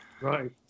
Right